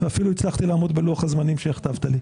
אפילו הצלחתי לעמוד בלוח-הזמנים שהכתבת לי.